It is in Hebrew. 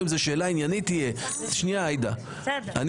אם זו שאלה עניינית, היא ישאל.